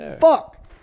fuck